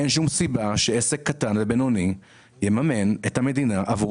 אין שום סיבה שעסק קטן ובינוני יממן את המדינה עבור